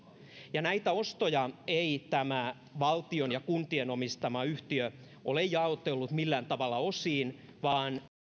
näitä ostoja ei tämä valtion ja kuntien omistama yhtiö ole jaotellut millään tavalla osiin vaan